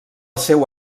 seu